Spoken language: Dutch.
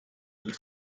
niet